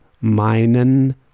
meinen